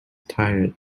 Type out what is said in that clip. tired